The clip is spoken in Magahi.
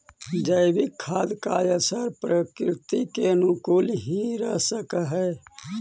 जैविक खाद का असर प्रकृति के अनुकूल ही रहअ हई